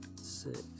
Six